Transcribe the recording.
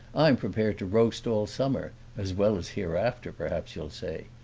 i am prepared to roast all summer as well as hereafter, perhaps you'll say!